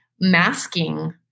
masking